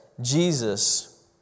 Jesus